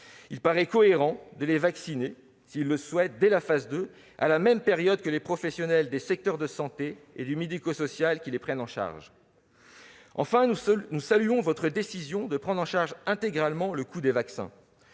Il paraît cohérent de les vacciner, s'ils le souhaitent, dès la deuxième phase, à la même période que les professionnels des secteurs de la santé et du médico-social qui les suivent. Enfin, nous saluons votre décision de prendre en charge intégralement le coût des vaccins.